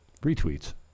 retweets